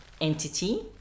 entity